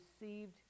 received